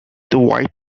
coloured